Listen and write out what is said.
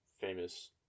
famous